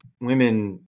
women